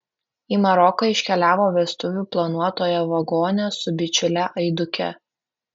į maroką iškeliavo vestuvių planuotoja vagonė su bičiule aiduke